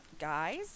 guys